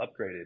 upgraded